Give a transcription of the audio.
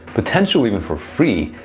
potentially even for free,